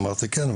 אמרתי כן,